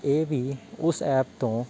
ਇਹ ਵੀ ਉਸ ਐਪ ਤੋਂ